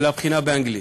של הבחינה באנגלית.